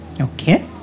Okay